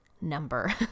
number